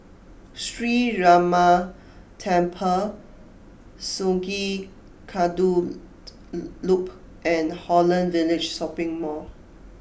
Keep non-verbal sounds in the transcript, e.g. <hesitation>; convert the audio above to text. Sree Ramar Temple Sungei Kadut <hesitation> Loop and Holland Village Shopping Mall